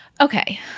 Okay